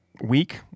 week